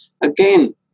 again